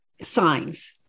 signs